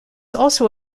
also